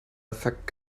affekt